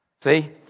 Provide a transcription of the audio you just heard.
See